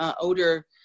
older